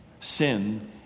Sin